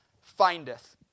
findeth